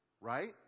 Right